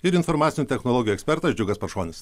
ir informacinių technologijų ekspertas džiugas paršonis